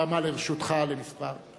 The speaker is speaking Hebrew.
הבמה לרשותך לכמה מלים.